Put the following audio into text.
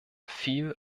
viel